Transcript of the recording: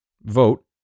vote